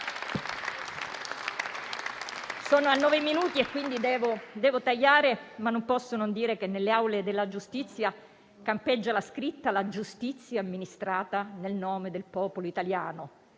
a nove minuti e quindi devo tagliare, ma non posso non dire che nelle aule di giustizia campeggia la scritta «La giustizia è amministrata in nome del popolo italiano».